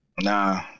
nah